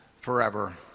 forever